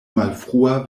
malfrua